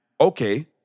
okay